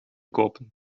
kopen